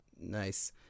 nice